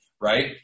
right